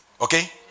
Okay